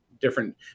different